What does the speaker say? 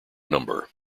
number